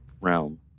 realm